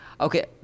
okay